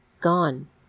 gone